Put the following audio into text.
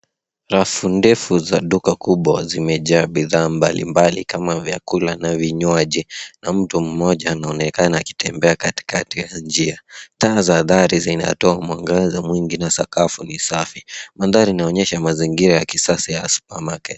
Rafu ndefu za duka kubwa zimejaa bidhaa mbalimbali kama vyakula na vinywaji na mtu mmoja anaonekana akitembea katikati ya njia. Taa za dari zinatoa mwangaza mwingi na sakafu ni safi. Mandhari inaonyesha mazingira ya kisasa ya supermarket .